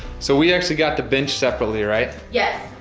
so we actually got the bench separately, right? yes,